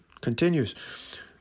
Continues